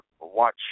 watch